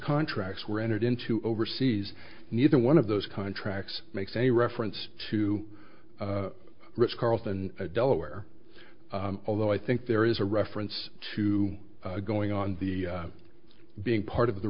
contracts were entered into overseas neither one of those contracts makes a reference to rich carlson and delaware although i think there is a reference to going on the being part of the